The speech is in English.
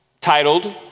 titled